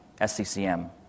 SCCM